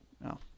No